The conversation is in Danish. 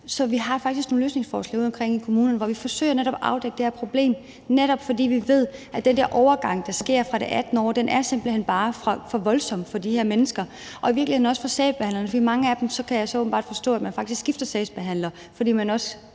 Så vi har faktisk nogle løsningsforslag udeomkring i kommunerne, hvor vi forsøger at afdække det her problem, netop fordi vi ved, at den der overgang, der sker fra det 18. år, simpelt hen bare er for voldsom for de her mennesker og i virkeligheden også for sagsbehandlerne. For i forhold til mange af dem kan jeg så åbenbart forstå, at man faktisk skifter sagsbehandler, fordi man også